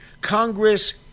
Congress